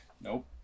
Nope